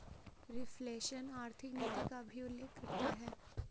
reflation आर्थिक नीति का भी उल्लेख करता है